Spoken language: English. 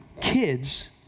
kids